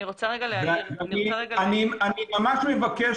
אני ממש מבקש,